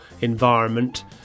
environment